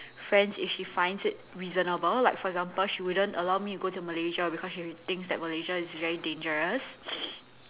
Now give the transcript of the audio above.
friends if she finds it reasonable like for example she wouldn't allow me to go Malaysia because she thinks that Malaysia is very dangerous